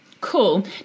Cool